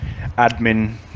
admin